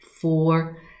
four